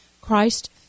Christ